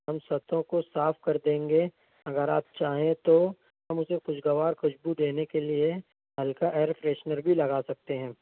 ہم ستوں کو صاف کر دیں گے اگر آپ چاہیں تو ہم اسے خوشگوار خوشبو دینے کے لئے ہلکا ایئر فریشنر بھی لگا سکتے ہیں